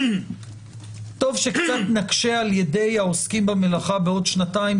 אבל טוב שקצת נקשה על ידי העוסקים במלאכה בעוד שנתיים,